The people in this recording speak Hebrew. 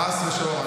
חס ושלום.